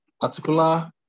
particular